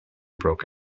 broke